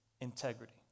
integrity